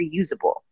reusable